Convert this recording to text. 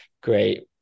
great